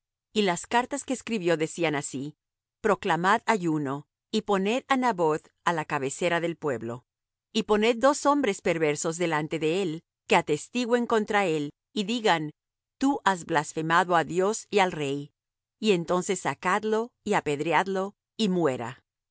y las cartas que escribió decían así proclamad ayuno y poned á naboth á la cabecera del pueblo y poned dos hombres perversos delante de él que atestigüen contra él y digan tú has blasfemado á dios y al rey y entonces sacadlo y apedreadlo y muera